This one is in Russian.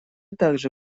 также